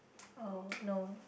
oh no